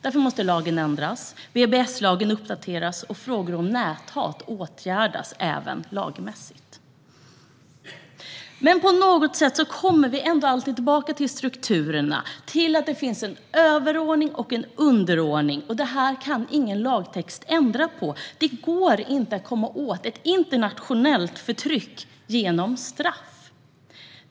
Därför måste lagen ändras, BBS-lagen uppdateras och frågor om näthat åtgärdas även lagmässigt. På något sätt kommer vi dock alltid tillbaka till strukturerna - till att det finns en överordning och en underordning. Det kan ingen lagtext ändra på. Det går inte att komma åt ett internationellt förtryck genom straff.